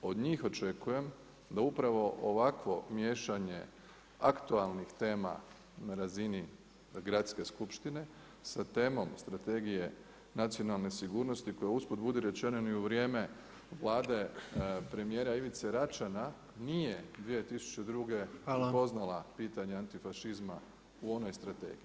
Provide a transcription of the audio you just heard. Od njih očekujem da upravo ovakvo miješanje aktualnih tema na razini gradske skupštine sa temom Strategije nacionalne sigurnosti koja usput budi rečeno ni u vrijeme Vlade premijera Ivice Račana nije 2002. upoznala pitanje antifašizma u onoj strategiji.